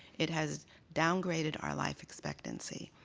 it has downgraded our life expectancy.